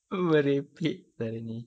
oo merepek lah dia ni